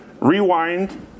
rewind